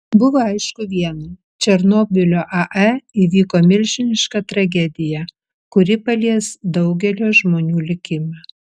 buvo aišku viena černobylio ae įvyko milžiniška tragedija kuri palies daugelio žmonių likimą